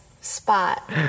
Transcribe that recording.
spot